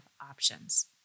options